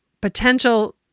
potential